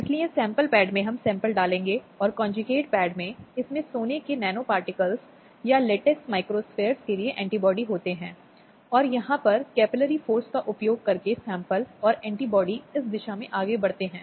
इसलिए वे इस मामले को मजिस्ट्रेट के सामने ला सकते हैं घरेलू घटना की रिपोर्ट दर्ज कर सकते हैं और देख सकते हैं कि महिला को आवश्यक राहत दी गई है